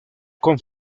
con